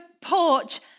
porch